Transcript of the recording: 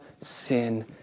sin